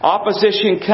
Opposition